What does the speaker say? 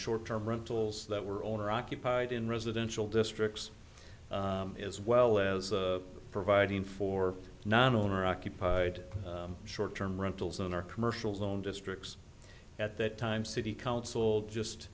short term rentals that were owner occupied in residential districts as well as providing for non owner occupied short term rentals in our commercial zone districts at that time city council just